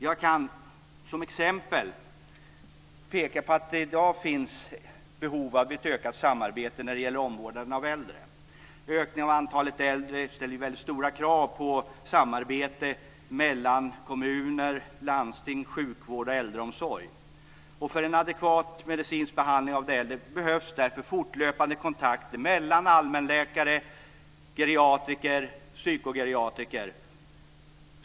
Jag kan som exempel peka på att det i dag finns behov av ett ökat samarbete när det gäller omvårdnaden av äldre. Ökningen av antalet äldre ställer väldigt stora krav på samarbete mellan kommuner, landsting, sjukvård och äldreomsorg. För en adekvat medicinsk behandling av de äldre behövs därför fortlöpande kontakter mellan allmänläkare, geriatriker och psykogeriatriker.